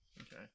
Okay